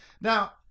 Now